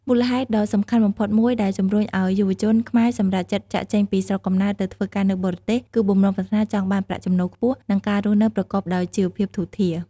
មូលហេតុដ៏សំខាន់បំផុតមួយដែលជំរុញឱ្យយុវជនខ្មែរសម្រេចចិត្តចាកចេញពីស្រុកកំណើតទៅធ្វើការនៅបរទេស គឺបំណងប្រាថ្នាចង់បានប្រាក់ចំណូលខ្ពស់ និងការរស់នៅប្រកបដោយជីវភាពធូរធារ។